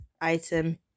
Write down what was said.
item